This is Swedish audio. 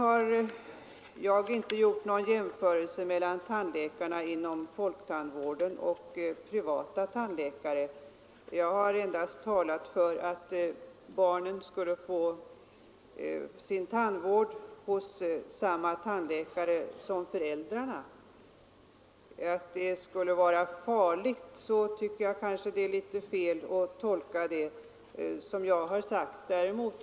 Jag har inte gjort någon jämförelse mellan tandläkare inom folktandvården och privata tandläkare, utan jag har endast talat för att barnen skulle få sin tandvård hos samma tandläkare som föräldrarna. Beträffande påståendet att detta skulle vara ”farligt” tycker jag det är fel att tolka vad jag har sagt på det sättet.